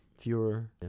fewer